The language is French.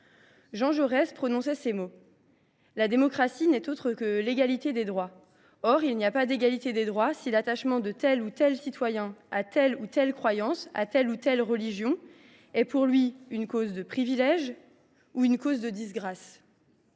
Jean Jaurès, n’est autre chose que l’égalité des droits. Or il n’y a pas égalité des droits si l’attachement de tel ou tel citoyen à telle ou telle croyance, à telle ou telle religion, est pour lui une cause de privilège ou une cause de disgrâce. »